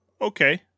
okay